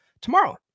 tomorrow